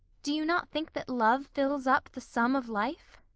do you not think that love fills up the sum of life?